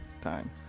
time